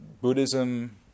Buddhism